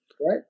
Right